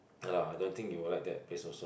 ya lah I don't think you will like that place also